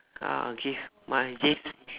I'll give my yes